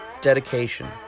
dedication